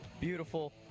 beautiful